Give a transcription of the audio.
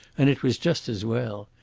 and it was just as well.